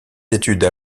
études